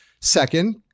Second